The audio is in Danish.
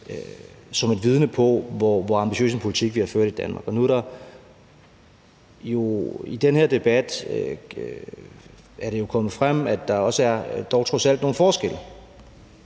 som vidne om, hvor ambitiøs en politik vi har ført i Danmark. I den her debat er det jo kommet frem, at der dog trods alt også er nogle forskelle.